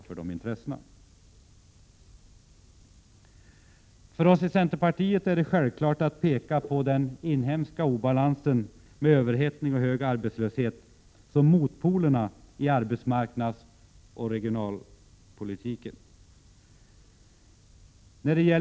För oss i centerpartiet är det självklart att peka på de inhemska obalanserna med överhettning och hög arbetslöshet som motpolerna i arbetsmarknadsoch regionalpolitiken.